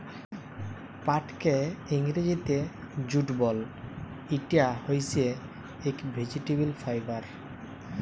পাটকে ইংরজিতে জুট বল, ইটা হইসে একট ভেজিটেবল ফাইবার